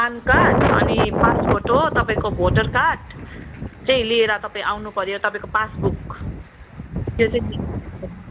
PAN card अनि pass photo तपईँको voter card चाहिँ लिएर तपाईँ आउनुपऱ्यो तपाईँको पासबुक त्यो चाहिँ मेन